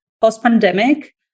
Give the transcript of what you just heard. post-pandemic